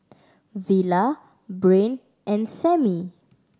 Villa Brain and Samie